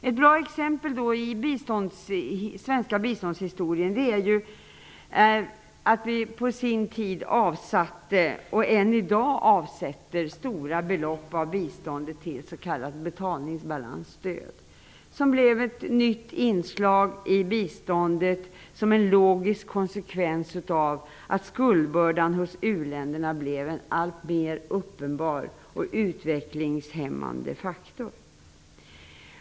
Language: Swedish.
Ett bra exempel från den svenska biståndshistorien är att vi avsatte, och avsätter än i dag, stora belopp av biståndet till s.k. betalningsbalansstöd. Det blev ett nytt inslag i biståndet som en logisk konsekvens av att skuldbördan hos u-länderna blev en alltmer uppenbar och utvecklingshämmande faktor.